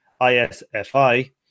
ISFI